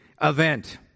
event